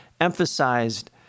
emphasized